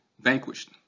vanquished